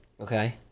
Okay